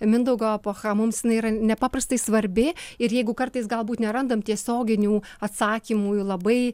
mindaugo epocha mums jinai yra nepaprastai svarbi ir jeigu kartais galbūt nerandam tiesioginių atsakymų į labai